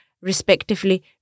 respectively